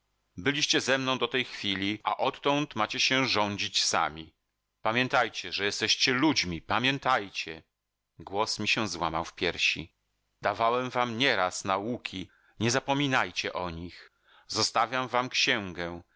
byliście ze mną do tej chwili a odtąd macie się rządzić sami pamiętajcie że jesteście ludźmi pamiętajcie głos mi się złamał w piersi dawałem wam nieraz nauki nie zapominajcie o nich zostawiam wam księgę